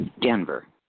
Denver